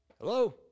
Hello